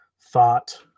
thought